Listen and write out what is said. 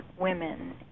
women